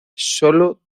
solo